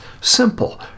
Simple